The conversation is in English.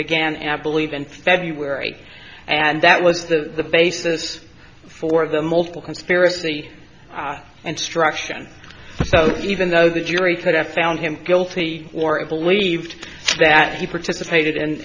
began at believe in february and that was the basis for the multiple conspiracy and struction so even though the jury could have found him guilty or it believed that he participated and